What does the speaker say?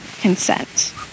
consent